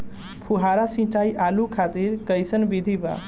फुहारा सिंचाई आलू खातिर कइसन विधि बा?